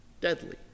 deadly